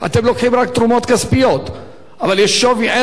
אבל יש שווי-ערך של תרומות, וזה גדול מאוד.